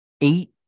eight